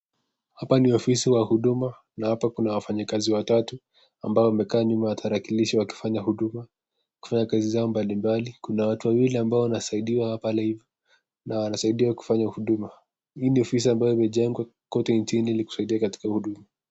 Hapa ni ofisi wa huduma na hapa kuna wafanyikazi watatu ambao wamekaa nyuma ya tarakilishi wakifanya huduma kufanya kazi zao mbalimbali. Kuna watu wawili ambao wanasaidiwa pale na wanasaidiwa kufanya huduma. Hii ni ofisi ambayo imejengwa kote nchini ili kusaidia katika huduma.